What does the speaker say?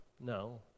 No